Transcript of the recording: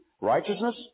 righteousness